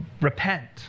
repent